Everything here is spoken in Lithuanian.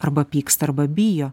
arba pyksta arba bijo